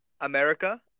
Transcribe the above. america